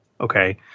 Okay